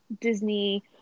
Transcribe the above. Disney